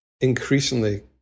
increasingly